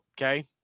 okay